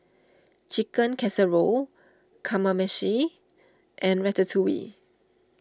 Chicken Casserole Kamameshi and Ratatouille